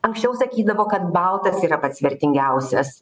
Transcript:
anksčiau sakydavo kad baltas yra pats vertingiausias